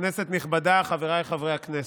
כנסת נכבדה, חבריי חברי הכנסת,